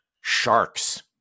sharks